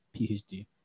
PhD